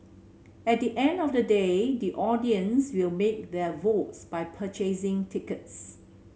at the end of the day the audience will make their votes by purchasing tickets